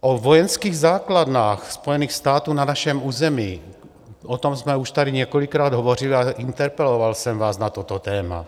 O vojenských základnách Spojených států na našem území, o tom jsme už tady několikrát hovořili, ale interpeloval jsem vás na toto téma.